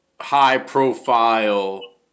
high-profile